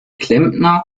klempner